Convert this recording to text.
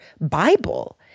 Bible